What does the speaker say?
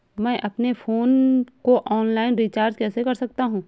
मैं अपने फोन को ऑनलाइन रीचार्ज कैसे कर सकता हूं?